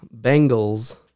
Bengals